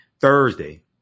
thursday